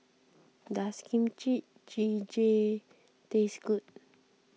does Kimchi Jjigae taste good